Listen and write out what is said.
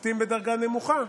שופטים בדרגה נמוכה,